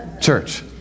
church